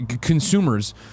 consumers